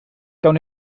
gawn